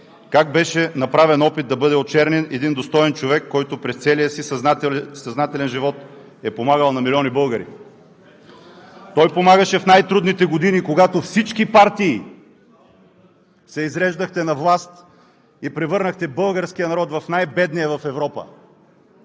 как беше направен опит да бъде очернен един достоен човек, който през целия си съзнателен живот е помагал на милиони българи. Той помагаше в най-трудните години, когато всички партии се изреждахте на власт и превърнахте българския народ в най-бедния в Европа.